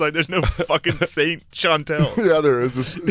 like there is no fucking saint shantelle. yeah there is,